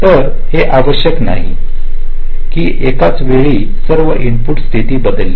तर हे आवश्यक नाही की एकाच वेळी सर्व इनपुट स्थिती बदलतील